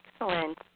Excellent